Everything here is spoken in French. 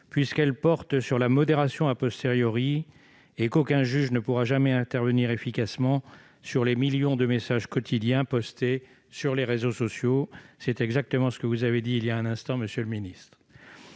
puisqu'elles portent sur la modération et qu'aucun juge ne pourra jamais intervenir efficacement sur les millions de messages postés quotidiens sur les réseaux sociaux- c'est exactement ce que vous avez dit il y a un instant, monsieur le secrétaire